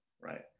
right